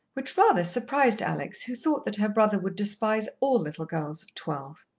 which rather surprised alex, who thought that her brother would despise all little girls of twelve.